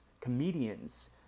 comedians